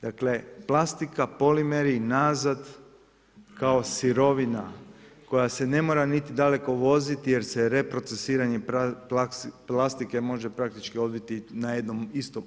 Dakle plastika, polimeri, nazad kao sirovina koja se ne mora niti daleko uvoziti jer se reprocesuiranjem plastike može praktički praktički odviti na jednom istom